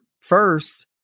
First